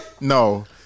no